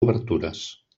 obertures